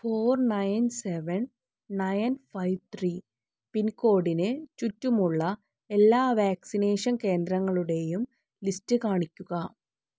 four nine seven nine five three പിൻകോഡിന് ചുറ്റുമുള്ള എല്ലാ വാക്സിനേഷൻ കേന്ദ്രങ്ങളുടെയും ലിസ്റ്റ് കാണിക്കുക